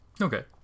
Okay